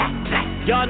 Y'all